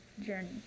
journey